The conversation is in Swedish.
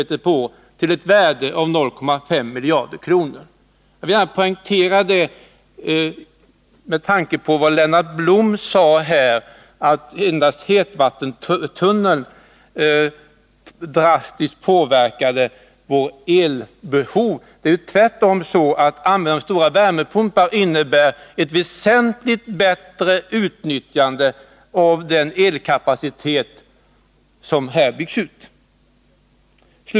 per år till ett värde av ca 0,5 miljarder kronor. Med tanke på vad Lennart Blom sade om att endast hetvattentunneln drastiskt skulle kunna påverka vårt elbehov vill jag gärna påpeka att det tvärtom är så att användning av stora värmepumpar innebär ett väsentligt bättre utnyttjande av den elkapacitet som här byggs ut.